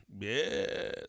Yes